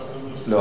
עכשיו, לא.